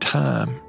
time